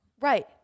right